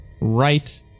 right